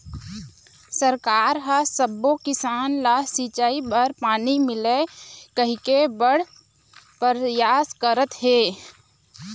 सरकार ह सब्बो किसान ल सिंचई बर पानी मिलय कहिके बड़ परयास करत हे